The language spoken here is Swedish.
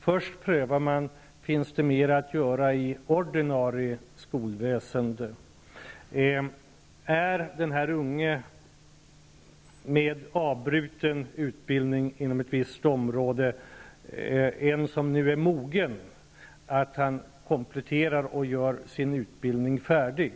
Först prövar man om det finns mer att göra inom ordinarie skolväsende, om den unge med avbruten utbildning inom ett visst område nu är mogen att komplettera och göra sin utbildning färdig.